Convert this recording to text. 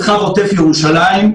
מרחב עוטף ירושלים,